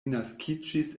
naskiĝis